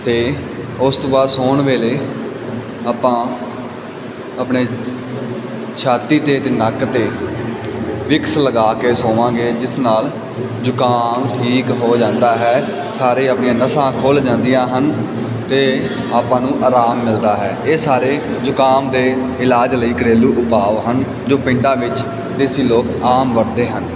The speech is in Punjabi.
ਤੇ ਉਸ ਤੋਂ ਬਾਅਦ ਸੋਣ ਵੇਲੇ ਆਪਾਂ ਆਪਣੇ ਛਾਤੀ ਤੇ ਨੱਕ ਤੇ ਵਿਕਸ ਲਗਾ ਕੇ ਸੋਵਾਂਗੇ ਜਿਸ ਨਾਲ ਜੁਕਾਮ ਠੀਕ ਹੋ ਜਾਂਦਾ ਹੈ ਸਾਰੇ ਆਪਣੀਆਂ ਨਸਾਂ ਖੁੱਲ ਜਾਂਦੀਆਂ ਹਨ ਤੇ ਆਪਾਂ ਨੂੰ ਆਰਾਮ ਮਿਲਦਾ ਹੈ ਇਹ ਸਾਰੇ ਜੁਕਾਮ ਦੇ ਇਲਾਜ ਲਈ ਘਰੇਲੂ ਉਪਾਵ ਹਨ ਜੋ ਪਿੰਡਾਂ ਵਿੱਚ ਦੇਸੀ ਲੋਕ ਆਮ ਵਰਤਦੇ ਹਨ